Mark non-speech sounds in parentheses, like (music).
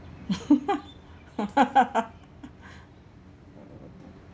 (laughs) (laughs)